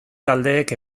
taldeek